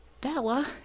Bella